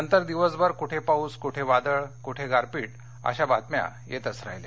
नंतर दिवसभर कुठे पाऊस कुठे वादळ कुठे गारपीट अशा बातम्या येतच राहिल्या